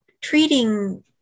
treating